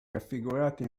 raffigurata